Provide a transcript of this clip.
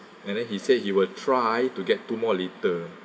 and then he said he will try to get two more later